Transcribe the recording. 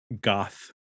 goth